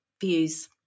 views